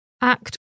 act